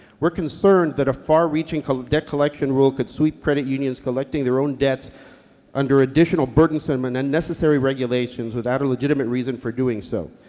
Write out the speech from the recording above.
we're concerned that a far-reaching debt collection rule could sweep credit unions collecting their own debts under additional burdensome and unnecessary regulations without a legitimate reason for doing so.